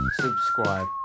subscribe